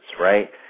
right